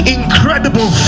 incredible